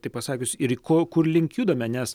taip pasakius ir ko kur link judame nes